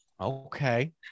Okay